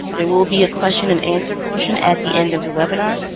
there will be a question and answer portion at the end of the webinar.